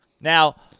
Now